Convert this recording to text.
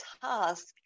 task